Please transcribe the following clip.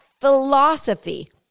philosophy